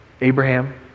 Abraham